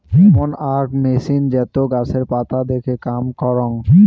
এমন আক মেছিন যেটো গাছের পাতা দেখে কাম করং